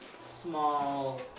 small